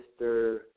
Mr